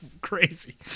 crazy